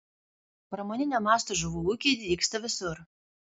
pramoninio masto žuvų ūkiai dygsta visur